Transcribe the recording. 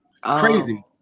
crazy